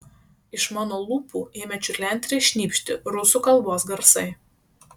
iš mano lūpų ėmė čiurlenti ir šnypšti rusų kalbos garsai